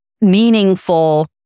meaningful